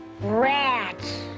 Rats